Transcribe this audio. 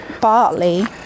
Bartley